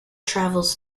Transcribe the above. travels